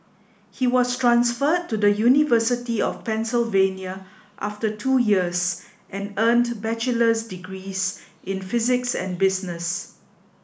he was transferred to the University of Pennsylvania after two years and earned bachelor's degrees in physics and business